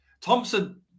Thompson